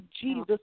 Jesus